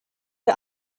der